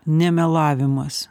ne melavimas